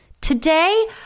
Today